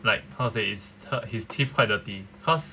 like how to say his his teeth quite dirty cause